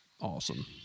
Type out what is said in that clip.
awesome